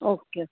okay